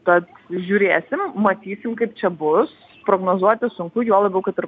kad žiūrėsim matysim kaip čia bus prognozuoti sunku juo labiau kad ir